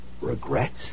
Regrets